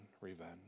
revenge